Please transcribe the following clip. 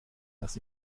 das